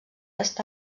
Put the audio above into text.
està